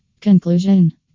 Conclusion